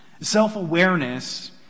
Self-awareness